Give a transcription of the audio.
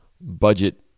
budget